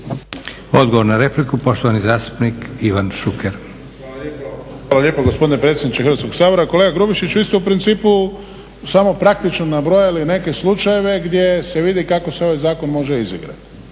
Odgovor na repliku, poštovani zastupnik Ivan Šuker. **Šuker, Ivan (HDZ)** Hvala lijepo gospodine predsjedniče Hrvatskog sabora. Kolega Grubišić vi ste u principu samo praktično nabrojali neke slučajeve gdje se vidi kako se ovaj zakon može izigrati.